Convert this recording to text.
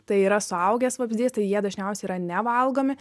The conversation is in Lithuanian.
tai yra suaugęs vabzdys tai jie dažniausiai yra nevalgomi